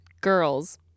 girls